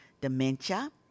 dementia